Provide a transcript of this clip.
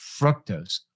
fructose